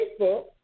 Facebook